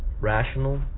rational